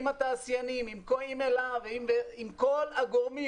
עם התעשיינים, עם אל"ה ועם כל הגורמים